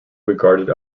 regarded